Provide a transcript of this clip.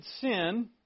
sin